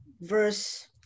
verse